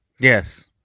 Yes